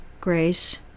Grace